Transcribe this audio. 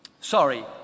sorry